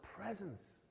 presence